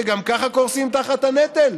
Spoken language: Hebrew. שגם ככה קורסים תחת הנטל?